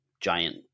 giant